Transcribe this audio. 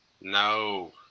No